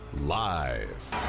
Live